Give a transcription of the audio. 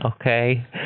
okay